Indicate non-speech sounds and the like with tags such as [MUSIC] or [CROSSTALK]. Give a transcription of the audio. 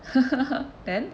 [LAUGHS] then